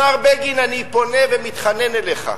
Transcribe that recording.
השר בגין, אני פונה ומתחנן אליך: